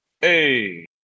Hey